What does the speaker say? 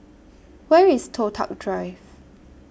Where IS Toh Tuck Drive